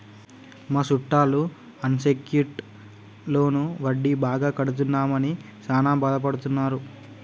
మా సుట్టాలు unsecured loan వడ్డీ బాగా కడుతున్నామని సాన బాదపడుతున్నారు